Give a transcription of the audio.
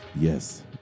Yes